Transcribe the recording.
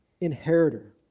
inheritor